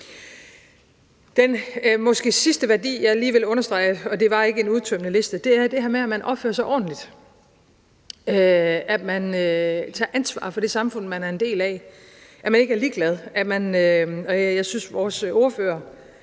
Den måske sidste værdi, jeg lige vil understrege – og det er ikke en udtømmende liste – er det her med, at man opfører sig ordentligt, at man tager ansvar for det samfund, man er en del af, at man ikke er ligeglad. Jeg synes, at vores